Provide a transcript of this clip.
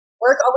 Work